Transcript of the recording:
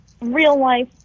real-life